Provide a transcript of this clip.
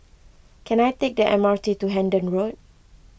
can I take the M R T to Hendon Road